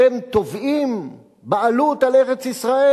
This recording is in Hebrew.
אתם תובעים בעלות על ארץ-ישראל,